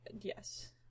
Yes